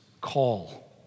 call